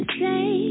say